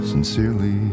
Sincerely